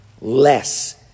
less